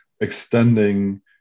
extending